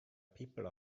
people